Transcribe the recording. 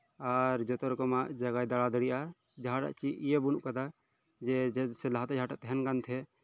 ᱟᱨ ᱡᱷᱚᱛᱚ ᱨᱚᱠᱚᱢᱟᱜ ᱡᱟᱭᱜᱟᱭ ᱫᱟᱲᱟ ᱫᱟᱲᱮᱭᱟᱜ ᱟᱭ ᱡᱟᱦᱟᱱᱟᱜ ᱪᱮᱫ ᱤᱭᱟᱹ ᱵᱟᱹᱱᱩᱜ ᱟᱠᱟᱫᱟ ᱡᱮ ᱥᱮ ᱞᱟᱦᱟᱛᱮ ᱡᱟᱦᱟᱸᱴᱟᱜ ᱛᱟᱦᱮᱱ ᱠᱟᱱ ᱛᱟᱦᱮᱸᱫ